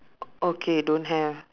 okay don't have